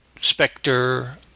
Spectre